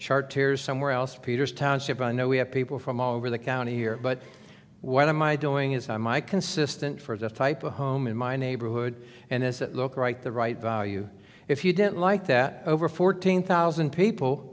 chart tears somewhere else peters township i know we have people from all over the county here but what am i doing is i my consistent for this type of home in my neighborhood and as a local right the right value if you don't like that over fourteen thousand people